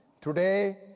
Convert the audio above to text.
Today